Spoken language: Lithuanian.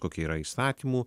kokie yra įstatymų